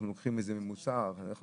אנחנו לוקחים איזה ממוצע הרי אנחנו